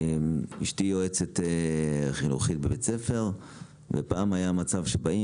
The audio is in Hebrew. אשתי יועצת חינוכית בבית ספר ופעם היה מצב שבאים